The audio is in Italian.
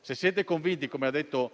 se siete convinti, come ha appena detto